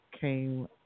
came